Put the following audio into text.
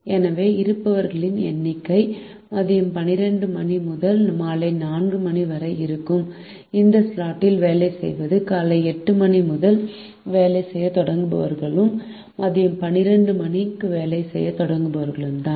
எனவே இருப்பவர்களின் எண்ணிக்கை மதியம் 12 மணி முதல் மாலை 4 மணி வரை இருக்கும் இந்த ஸ்லாட்டில் வேலை செய்வது காலை 8 மணிக்கு வேலை செய்யத் தொடங்குபவர்களும் மதியம் 12 மணிக்கு வேலை செய்யத் தொடங்குபவர்களும் தான்